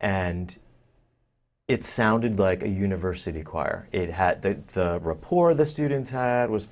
and it sounded like a university choir it had the report of the students it was